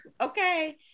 Okay